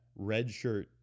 redshirt